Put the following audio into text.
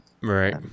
Right